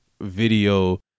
video